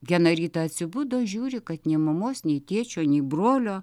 vieną rytą atsibudo žiūri kad nei mamos nei tėčio nei brolio